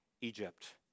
Egypt